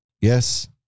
Yes